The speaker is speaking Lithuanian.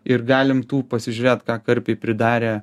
ir galim tų pasižiūrėt ką karpiai pridarė